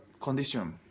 condition